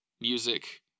music